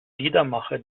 liedermacher